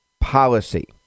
policy